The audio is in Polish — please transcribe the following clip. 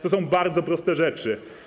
To są bardzo proste rzeczy.